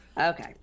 okay